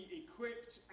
equipped